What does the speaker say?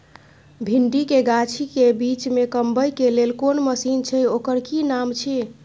भिंडी के गाछी के बीच में कमबै के लेल कोन मसीन छै ओकर कि नाम छी?